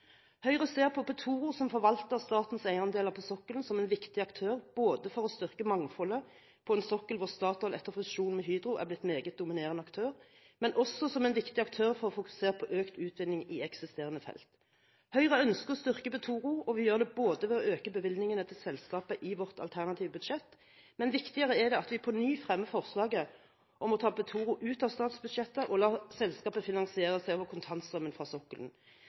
Høyre ser på Petoro, som forvalter statens eiendeler på sokkelen, som en viktig aktør for å styrke mangfoldet på en sokkel hvor Statoil etter fusjonen med Hydro er blitt en meget dominerende aktør, men også som en viktig aktør for å fokusere på økt utvinning i eksisterende felt. Høyre ønsker å styrke Petoro, og vi gjør det ved å øke bevilgningene til selskapet i vårt alternative budsjett. Men viktigere er det at vi på ny fremmer forslag om å ta Petoro ut av statsbudsjettet og la selskapet finansiere seg over kontantstrømmen fra sokkelen,